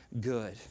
good